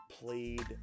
played